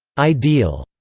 ideal,